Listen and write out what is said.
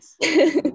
yes